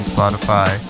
Spotify